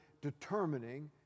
determining